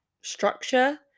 structure